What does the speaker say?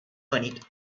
کنید